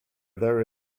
there